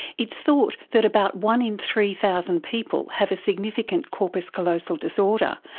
it's thought that about one in three thousand people have a significant corpus callosal disorder,